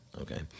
okay